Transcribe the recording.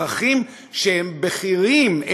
אזרחים שהם בכירים,